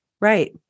Right